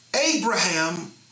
Abraham